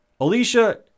Alicia